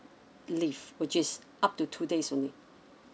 leave which is up to two days only